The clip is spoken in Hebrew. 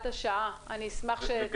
השעה אני אשמח שתשלימי את העניין.